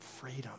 freedom